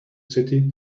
city